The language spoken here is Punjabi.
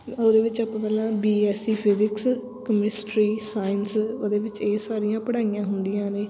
ਉਹਦੇ ਵਿੱਚ ਆਪਾਂ ਪਹਿਲਾਂ B Sc physics chemistry science ਉਹਦੇ ਵਿੱਚ ਇਹ ਸਾਰੀਆਂ ਪੜ੍ਹਾਈਆਂ ਹੁੰਦੀਆਂ ਨੇ